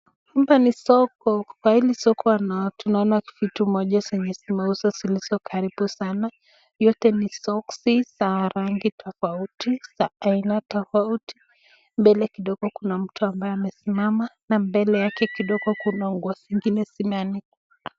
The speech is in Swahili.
Kumbe ni soko, kwa hili soko tunaona vitu moja zenye zimeuzwa zenye ziko karibu sana. Yote ni sokisi,(cs), za rangi tofauti na aina tofauti mbele kidogo Kuna mtu ambaye amesimama, na mbele yake kidogo kuna nguo zingine ambazo zimeanikwa.